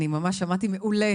אני ממש שמעתי מעולה,